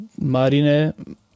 Marine